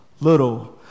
little